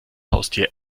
haustier